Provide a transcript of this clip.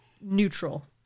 Neutral